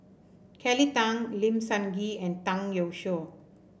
Kelly Tang Lim Sun Gee and Zhang Youshuo